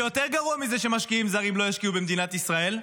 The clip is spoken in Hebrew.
ויותר גרוע מזה שמשקיעים זרים לא ישקיעו במדינת ישראל,